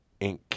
Inc